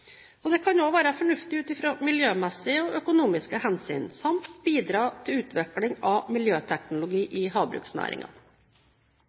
og dødelighet. Det kan også være fornuftig ut fra miljømessige og økonomiske hensyn samt at det kan bidra til utvikling av miljøteknologi